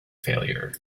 failure